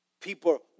People